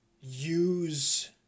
Use